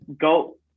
go